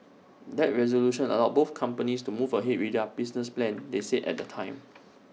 that resolution allowed both companies to move ahead with their business plans they said at the time